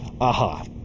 aha